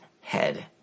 head